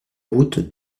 route